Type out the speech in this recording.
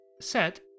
set